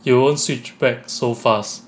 you won't switch back so fast